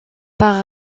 par